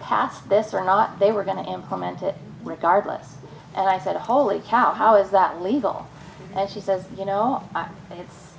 passed this or not they were going to implement it regardless and i said holy cow how is that legal and she says you know it's